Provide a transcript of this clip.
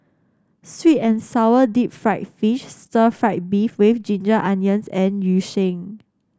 sweet and sour Deep Fried Fish Stir Fried Beef with Ginger Onions and Yu Sheng